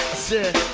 sir.